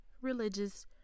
religious